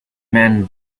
man